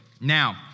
Now